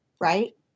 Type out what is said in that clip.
right